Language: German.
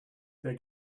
der